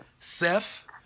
Seth